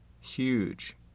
Huge